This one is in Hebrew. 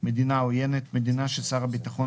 "מדינה עוינת" מדינה ששר הביטחון,